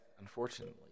unfortunately